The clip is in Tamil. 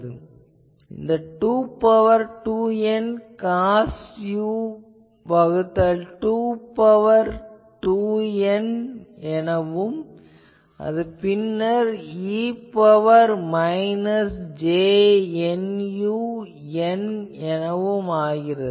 இது 2 பவர் 2N காஸ் u வகுத்தல் 2 பவர் 2N எனவும் அது பின் e ன் power minus j Nu n எனவும் ஆகிறது